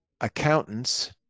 accountants